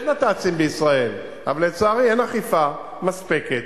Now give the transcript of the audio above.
יש נת"צים בישראל, אבל לצערי אין אכיפה מספקת.